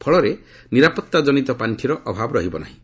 ଫଳରେ ନିରାପତ୍ତା ଜନିତ ପାଣ୍ଠିର ଅଭାବ ରହିବ ନାହିଁ